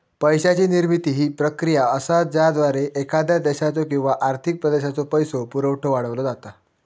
पैशाची निर्मिती ही प्रक्रिया असा ज्याद्वारा एखाद्या देशाचो किंवा आर्थिक प्रदेशाचो पैसो पुरवठा वाढवलो जाता